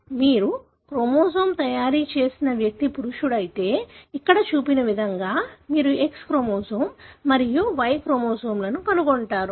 మీరు క్రోమోజోమ్ తయారీ చేసిన వ్యక్తి పురుషుడు అయితే ఇక్కడ చూపిన విధంగా మీరు X క్రోమోజోమ్ మరియు Y క్రోమోజోమ్లను కనుగొంటారు